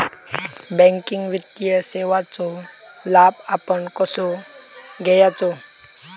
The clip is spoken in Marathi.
बँकिंग वित्तीय सेवाचो लाभ आपण कसो घेयाचो?